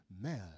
Male